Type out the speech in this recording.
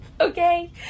Okay